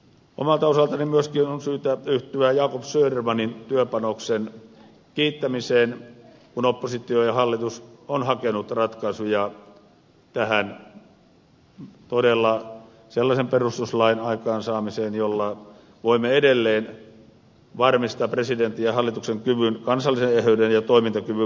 omalta osaltani myöskin on syytä yhtyä jacob södermanin työpanoksen kiittämiseen kun oppositio ja hallitus ovat hakeneet ratkaisuja todella sellaisen perustuslain aikaansaamiseen jolla voimme edelleen varmistaa presidentin ja hallituksen kyvyn kansallisen eheyden ja toimintakyvyn varmistamiseen